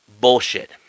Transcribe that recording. Bullshit